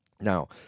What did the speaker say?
Now